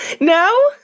No